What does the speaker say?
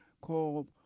called